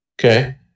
okay